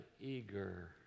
eager